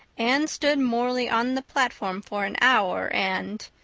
anne stood morley on the platform for an hour and.